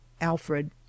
Alfred